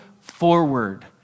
forward